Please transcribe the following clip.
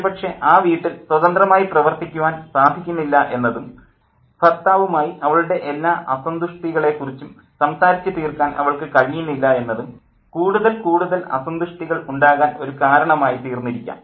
ഒരുപക്ഷേ ആ വീട്ടിൽ സ്വതന്ത്രമായി പ്രവർത്തിക്കുവാൻ സാധിക്കുന്നില്ലാ എന്നതും ഭർത്താവുമായി അവളുടെ എല്ലാ അസന്തുഷ്ടികളെക്കുറിച്ചും സംസാരിച്ചു തീർക്കാൻ അവൾക്ക് കഴിയുന്നില്ല എന്നതും കൂടുതൽ കൂടുതൽ അസന്തുഷ്ടികൾ ഉണ്ടാകാൻ ഒരു കാരണമായിത്തീർന്നിരിക്കാം